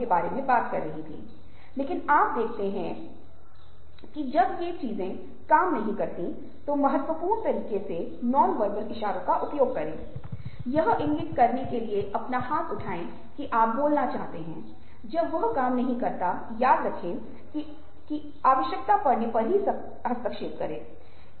वास्तव में जो मैं आपको करने के लिए लुभाऊंगा वह इन कुछ विशेष स्लाइड्स से जुड़े कुछ प्रयोगों में शामिल होना है जहाँ हम यह पता लगाएंगे कि वास्तव में हम सहानुभूति रखते हैं या नहीं और क्या कारक हमारी अवधारणा को प्रभावित करते हैं